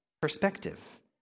perspective